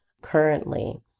currently